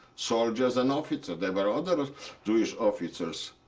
soldiers and officers. there were other jewish officers.